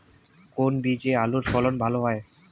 কোন বীজে আলুর ফলন ভালো হয়?